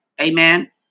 Amen